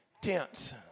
tense